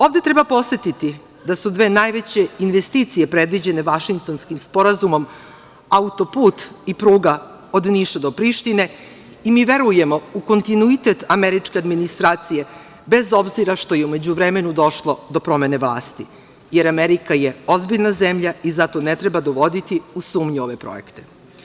Ovde treba podsetiti da su dve najveće investicije predviđene Vašingtonskim sporazumom autoput i pruga od Niša do Prištine i mi verujemo u kontinuitet američke administracije, bez obzira što je u međuvremenu došlo do promene vlasti, jer Amerika je ozbiljna zemlja i zato ne treba dovoditi u sumnju ove projekte.